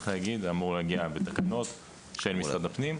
וזה אמור להגיע בתקנות של משרד הפנים,